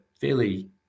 fairly